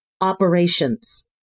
operations